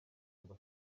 ngo